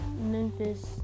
Memphis